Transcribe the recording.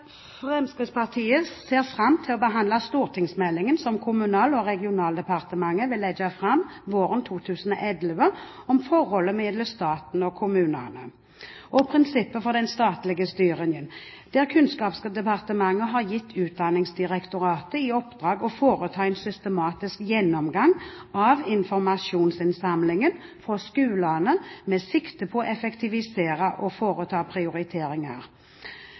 Fremskrittspartiet ser fram til å behandle stortingsmeldingen som Kommunal- og regionaldepartementet vil legge fram våren 2011, om forholdet mellom staten og kommunene og prinsippene for den statlige styringen, der Kunnskapsdepartementet har gitt Utdanningsdirektoratet i oppdrag å foreta en systematisk gjennomgang av informasjonsinnsamlingen fra skolene med sikte på å effektivisere og foreta prioriteringer.